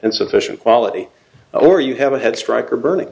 insufficient quality or you have a head strike or burning